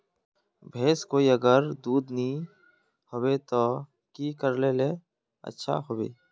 भैंस कोई अगर दूध नि होबे तो की करले ले अच्छा होवे?